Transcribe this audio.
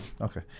Okay